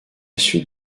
suite